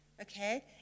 Okay